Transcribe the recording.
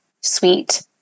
sweet